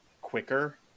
quicker